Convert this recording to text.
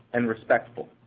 and respectful.